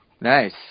Nice